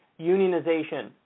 unionization